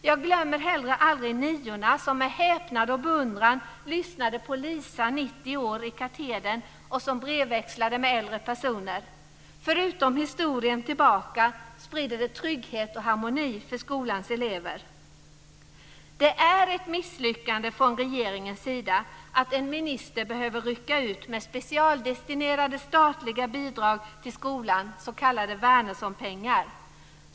Jag glömmer heller aldrig niorna som med häpnad och beundran lyssnade på Lisa, 90 år, i katedern och som brevväxlade med äldre personer. Förutom kunskap om historien bakåt sprider det trygghet och harmoni för skolans elever. Det är ett misslyckande från regeringens sida att en minister behöver rycka ut med specialdestinerade statliga bidrag till skolan, s.k. Wärnerssonpengar.